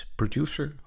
producer